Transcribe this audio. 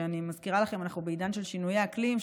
ואני מזכירה לכם שאנחנו בעידן של שינויי אקלים,